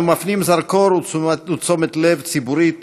אנחנו מפנים זרקור ותשומת לב ציבורית